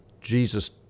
Jesus